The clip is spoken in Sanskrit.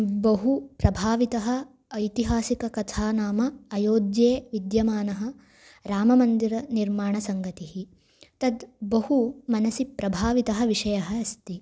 बहु प्रभाविता ऐतिहासिककथा नाम अयोध्यायां विद्यमाना राममन्दिरनिर्माणसङ्गतिः तद् बहु मनसि प्रभावितः विषयः अस्ति